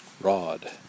rod